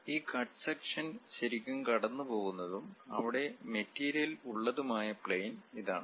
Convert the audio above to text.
ഈ cut section ശരിക്കും കടന്നുപോകുന്നതും അവിടെ മെറ്റീരിയൽ ഉള്ളതുമായ പ്ലെയിൻ ഇതാണ്